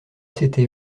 s’était